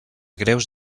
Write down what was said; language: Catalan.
greus